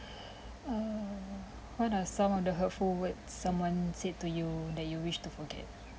err what are some of the hurtful words someone said to you that you wish to forget